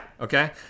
Okay